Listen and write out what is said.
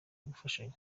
gufashanya